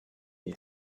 die